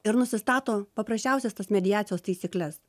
ir nusistato paprasčiausias tas mediacijos taisykles